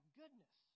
goodness